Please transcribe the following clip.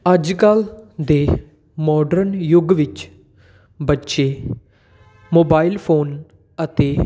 ਅੱਜ ਕੱਲ੍ਹ ਦੇ ਮੋਡਰਨ ਯੁੱਗ ਵਿੱਚ ਬੱਚੇ ਮੋਬਾਈਲ ਫ਼ੋਨ ਅਤੇ